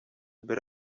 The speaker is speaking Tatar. бер